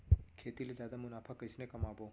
खेती ले जादा मुनाफा कइसने कमाबो?